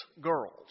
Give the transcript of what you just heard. Girls